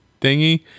thingy